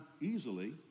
easily